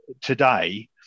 today